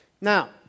Now